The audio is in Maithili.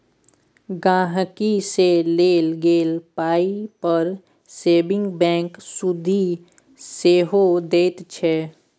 गांहिकी सँ लेल गेल पाइ पर सेबिंग बैंक सुदि सेहो दैत छै